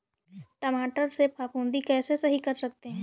टमाटर से फफूंदी कैसे सही कर सकते हैं?